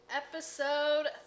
episode